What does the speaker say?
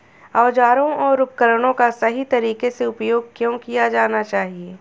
औजारों और उपकरणों का सही तरीके से उपयोग क्यों किया जाना चाहिए?